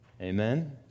Amen